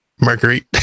Mercury